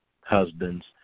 husbands